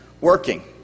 working